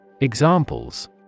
Examples